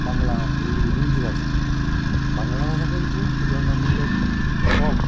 বাংলা এই হিন্দি ভাষাটা আর বাংলা ভাষাটা কিন্তু তুলনামূলক কম